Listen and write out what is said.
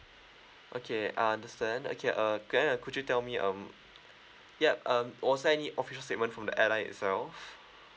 okay I understand okay uh can I uh could you tell me um yup um was there any official statement from the airline itself